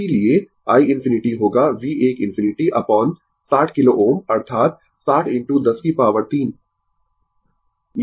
इसीलिए i ∞ होगा V 1 ∞ upon 60 kilo Ω अर्थात 60 इनटू 10 की पॉवर 3